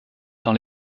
dans